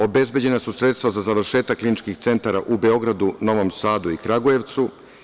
Obezbeđena su sredstva za završetak kliničkih centara u Beogradu, Novom Sadu i Kragujevcu.